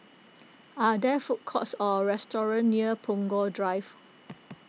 are there food courts or restaurants near Punggol Drive